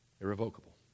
Irrevocable